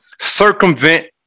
circumvent